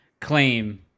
claim